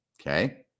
Okay